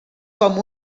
com